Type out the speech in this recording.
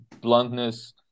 bluntness